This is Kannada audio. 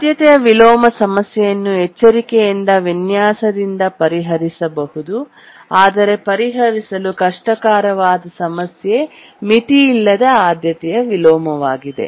ಆದ್ಯತೆಯ ವಿಲೋಮ ಸಮಸ್ಯೆಯನ್ನು ಎಚ್ಚರಿಕೆಯಿಂದ ವಿನ್ಯಾಸದಿಂದ ಪರಿಹರಿಸಬಹುದು ಆದರೆ ಪರಿಹರಿಸಲು ಕಷ್ಟಕರವಾದ ಸಮಸ್ಯೆ ಮಿತಿಯಿಲ್ಲದ ಆದ್ಯತೆಯ ವಿಲೋಮವಾಗಿದೆ